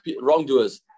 wrongdoers